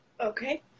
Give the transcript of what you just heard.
Okay